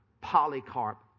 Polycarp